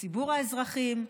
לציבור אזרחים,